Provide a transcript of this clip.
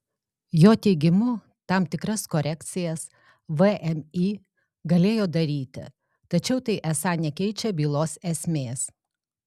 jo teigimu tam tikras korekcijas vmi galėjo daryti tačiau tai esą nekeičia bylos esmės